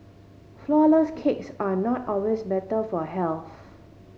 flourless cakes are not always better for health